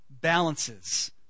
balances